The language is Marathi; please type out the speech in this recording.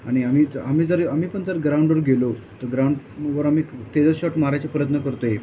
आणि आम्ही आम्ही जर आम्ही पण जर ग्राउंडवर गेलो तर ग्राउंडवर आम्ही त्याचा शॉट मारायचा प्रयत्न करतो आहे